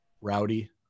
Rowdy